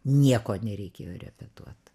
nieko nereikėjo repetuot